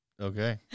okay